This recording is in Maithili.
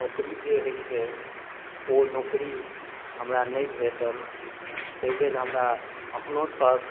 नौकरी जे होइत छै ओ नौकरी हमरा नहि भेटल ताहि लेल हमरा एखनहु तक